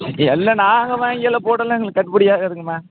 எல்லாம் நாங்கள் வாங்கியெல்லாம் போடலாம் எங்களுக்கு கட்டுப்படி ஆகாதுங்கம்மா